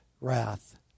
wrath